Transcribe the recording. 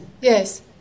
yes